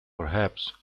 perhaps